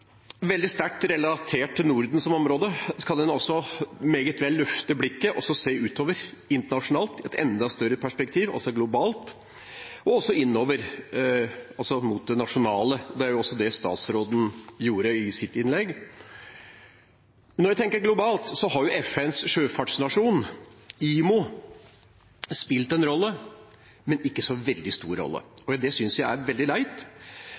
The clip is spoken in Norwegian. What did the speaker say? veldig sterkt relatert til Norden som område kan en meget vel løfte blikket og se utover internasjonalt i et enda større perspektiv, altså globalt – og også innover, altså mot det nasjonale. Det var jo det statsråden gjorde i sitt innlegg. Når vi tenker globalt, har FNs sjøfartsorganisasjon, IMO, spilt en rolle, men en ikke så veldig stor rolle. Det synes jeg er veldig leit.